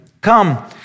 Come